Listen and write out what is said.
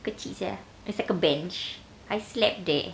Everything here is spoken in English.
kecil [sial] it's like a bench I slept there